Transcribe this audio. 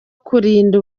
kurinda